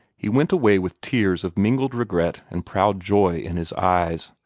he went away with tears of mingled regret and proud joy in his eyes,